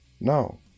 No